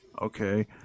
okay